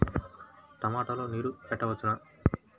టమాట లో నీరు పెట్టవచ్చునా?